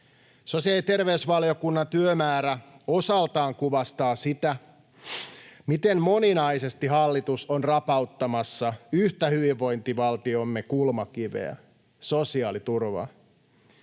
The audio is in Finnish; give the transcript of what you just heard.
Sosiaali- ja terveysvaliokunnan työmäärä osaltaan kuvastaa sitä, miten moninaisesti hallitus on rapauttamassa yhtä hyvinvointivaltiomme kulmakiveä, sosiaaliturvaa.